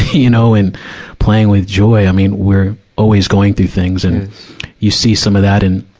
you know, and playing with joy. i mean, we're always going through things, and you see some of that in,